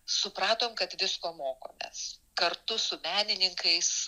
supratom kad visko mokomės kartu su menininkais